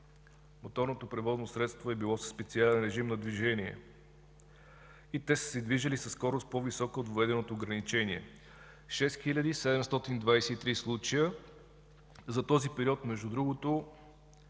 моторното превозно средство е било със специален режим на движение, и те са се движели със скорост по-висока от въведеното ограничение. Това 6723 случая за този период. Между другото,